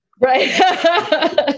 right